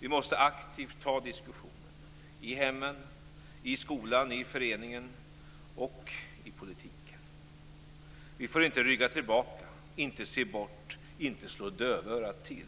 Vi måste aktivt ta diskussionen i hemmen, i skolan, i föreningen och i politiken. Vi får inte rygga tillbaka, inte se bort, inte slå dövörat till.